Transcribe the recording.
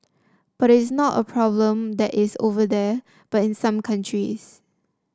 but it's not a problem that is over there but in some countries